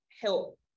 help